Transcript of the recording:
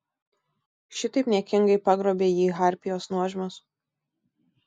šitaip niekingai pagrobė jį harpijos nuožmios